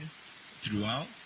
throughout